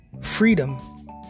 freedom